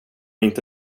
inte